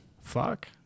fuck